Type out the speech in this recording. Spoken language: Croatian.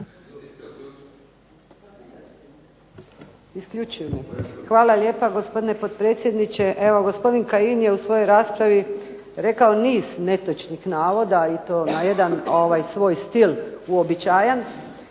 (HDZ)** Hvala lijepa gospodine potpredsjedniče. Evo gospodin Kajin je u svojoj raspravi rekao niz netočnih navoda i to na jedan svoj stil uobičajen.